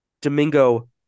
Domingo